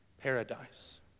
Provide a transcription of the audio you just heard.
paradise